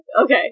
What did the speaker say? Okay